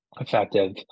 effective